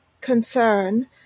concern